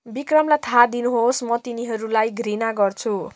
विक्रमलाई थाहा दिनुहोस् म तिनीहरूलाई घृणा गर्छु